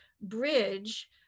bridge